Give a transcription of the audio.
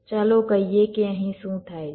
ચાલો કહીએ કે અહીં શું થાય છે